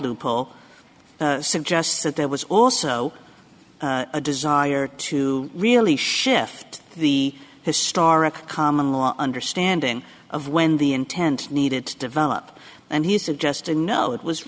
loophole suggests that there was also a desire to really shift the historic common law understanding of when the intent needed to develop and he suggested no it was